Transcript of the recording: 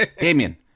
Damien